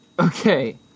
Okay